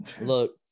Look